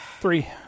Three